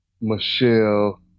Michelle